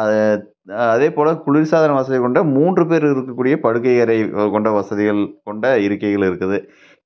அதை அதேபோல் குளிர்சாதனம் வசதி கொண்ட மூன்று பேர் இருக்கக்கூடிய படுக்கை அறை கொண்ட வசதிகள் கொண்ட இருக்கைகள் இருக்குது